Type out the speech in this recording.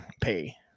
pay